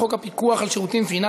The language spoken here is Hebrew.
אני שומע את קולו של חבר הכנסת איתן כבל.